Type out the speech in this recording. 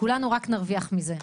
כולנו רק נרוויח מזה.